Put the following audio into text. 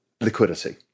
liquidity